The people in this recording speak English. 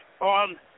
on